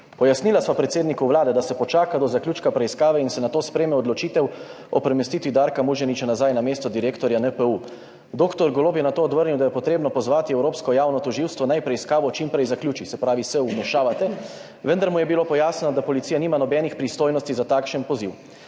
»Pojasnila sva predsedniku Vlade, da se počaka do zaključka preiskave in se nato sprejme odločitev o premestitvi Darka Muženiča nazaj na mesto direktorja NPU. Dr. Golob je nato odvrnil, da je potrebno pozvati evropsko javno tožilstvo, naj preiskavo čim prej zaključi,« se pravi, se vmešavate, »vendar mu je bilo pojasnjeno, da policija nima nobenih pristojnosti za takšen poziv.